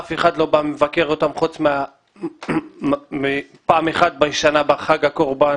אף אחד לא מבקר אותם חוץ מפעם אחת בשנה בחג הקורבן.